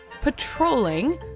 patrolling